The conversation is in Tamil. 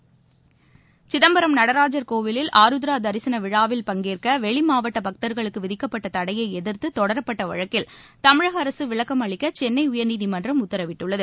கோயிலில் சிதம்பரம் நடராஜர் ஆருத்ராதரிசனவிழாவில் பங்கேற்கவெளிமாவட்டபக்தர்களுக்குவிதிக்கப்பட்டதடையைஎதிர்த்துதொடரப்பட்டவழக்கில் தமிழகஅரசுவிளக்கம் அளிக்கசென்னைஉயர்நீதிமன்றம் உத்தரவிட்டுள்ளது